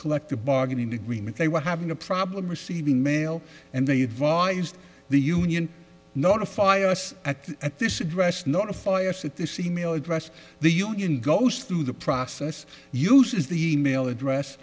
collective bargaining agreement they were having a problem receiving mail and they have volumes the union notify us at this address notify us at this e mail address the union goes through the process uses the e mail address